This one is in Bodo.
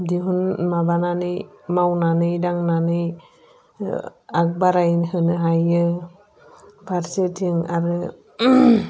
दिहुन माबानानै मावनानै दांनानै आगबारायहोनो हायो फारसेथिं आरो